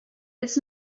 it’s